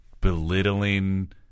belittling